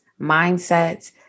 mindsets